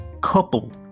couple